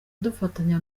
dufatanya